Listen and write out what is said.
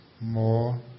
more